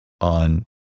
on